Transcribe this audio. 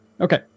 okay